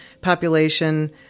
population